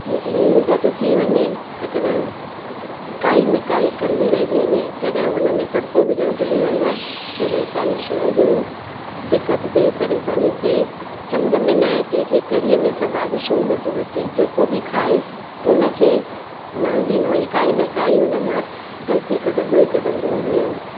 लूणु घटि थी वञे त कॾहिं काई न काई कमी रहिजी वञे कॾहिं उन में तड़को विझणु भुली वञा कॾहिं काई शइ जो दिक़त थिए परेशानी थिए सम्झ में न अचे की कढ़ीअ में सवाद छो नथो अचे जेको बि खाए उन खे वणंदी न हुई काई न काई उन मां गलती कढंदो ई कढंदो हुओ